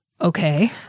Okay